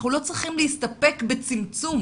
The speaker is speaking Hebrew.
אנחנו לא צריכים להסתפק בצמצום.